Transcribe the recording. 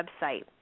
website